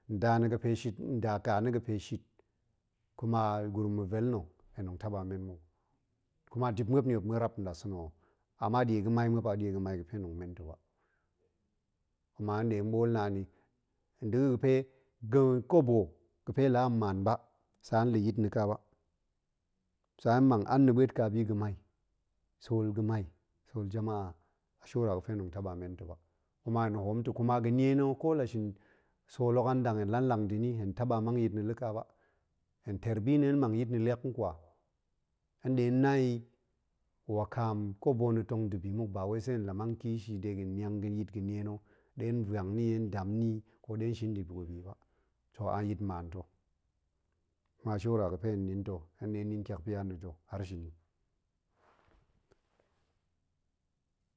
Nda na̱ ga̱ pe shit, nda ƙa na̱ ga̱ pe shit, kuma gurum ma̱ vel na̱, hen tong taba men mou kuma, dip muop ni muop ma̱rap nɗasa̱na̱ o, ama ɗie ga̱mai muop a ɗie ga̱mai ga̱ fe tong men ta̱ ba, kuma hen ɗe ɓool naan i nda̱ ga̱ fe, ga̱ kobo ga̱ fe la maan ba, sa hen la̱ yit na̱ ƙa ba, sa hen mang an na̱ ɓuet ƙa bi ga̱mai, sool ga̱mai, sool jamaa, shora ga̱ fe tong taba men ta̱ ba, kuma hen hoom ta̱ kuma ga̱ nie na̱ kola shin sool hok a nɗang, hen la nlang da̱ ni, hen taba mang yit na̱ la̱ ƙa ba, hen ter bi na̱ hen mang yit na̱ liak nkwa, hen ɗe na i, wakam kobo na̱ tong da̱ bi muk ba wai se la mang kishi de ga̱ niang ga̱ yit ga̱ nie na̱ ɗe hen va̱ang ni, ɗe hen dam ni ko ɗe hen shin da̱ bi ba, to a yit nmaan ta̱, kuma shora ga̱ fe hen nin ta̱, hen ɗe nin ƙiakpia na̱ ta̱ har shini.